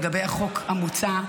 לגבי החוק המוצע,